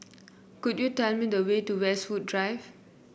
could you tell me the way to Westwood Drive